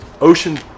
Ocean